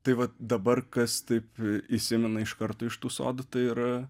tai va dabar kas taip įsimena iš karto iš tų sodų tai ir